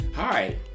Hi